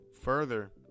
further